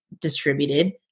distributed